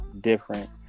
different